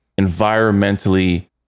environmentally